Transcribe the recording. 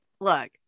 look